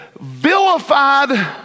vilified